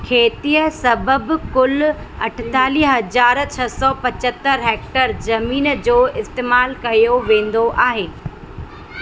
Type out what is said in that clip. खेतीअ सबबु कुलु अठेतालीह हज़ार छह सौ पचहतरि हेक्टेयर ज़मीन जो इस्तेमालु कयो वेंदो आहे